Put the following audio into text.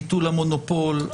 ביטול המונופול הדורסני.